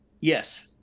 Yes